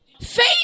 Faith